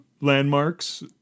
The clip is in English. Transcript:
landmarks